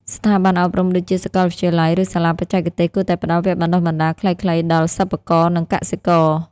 ស្ថាប័នអប់រំដូចជាសាកលវិទ្យាល័យ ឬសាលាបច្ចេកទេសគួរតែផ្តល់វគ្គបណ្តុះបណ្តាលខ្លីៗដល់សិប្បករនិងកសិករ។